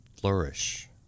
flourish